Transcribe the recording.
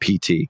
PT